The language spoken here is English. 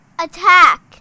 Attack